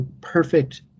perfect